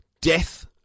Death